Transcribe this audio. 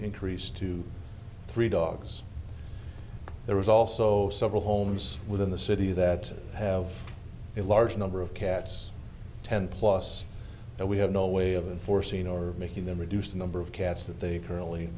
increased to three dogs there was also several homes within the city that have a large number of cats ten plus and we have no way of enforcing or making them reduce the number of cats that they currently